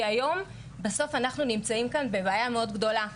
כי בסוף, היום אנחנו נמצאים כאן בבעיה גדולה מאוד.